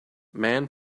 man